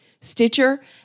Stitcher